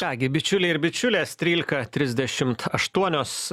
ką gi bičiuliai ir bičiulės trylika trisdešimt aštuonios